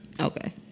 Okay